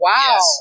Wow